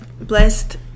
blessed